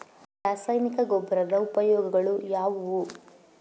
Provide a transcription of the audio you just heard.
ರಾಸಾಯನಿಕ ಗೊಬ್ಬರದ ಉಪಯೋಗಗಳು ಯಾವುವು?